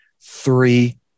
three